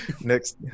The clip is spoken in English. next